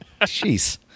Jeez